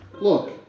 Look